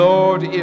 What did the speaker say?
Lord